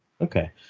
okay